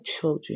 children